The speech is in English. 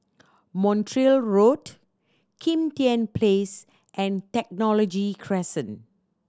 Montreal Road Kim Tian Place and Technology Crescent